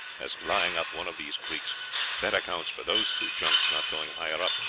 as lying up one of these creeks that accounts for those two junks not going higher up.